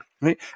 right